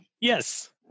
Yes